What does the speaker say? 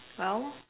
well